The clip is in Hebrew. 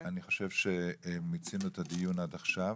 אני חושב שמיצינו את הדיון עד עכשיו.